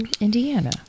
Indiana